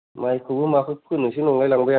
माइखौबो माखो फोनोसो नंलाय लांबाय आं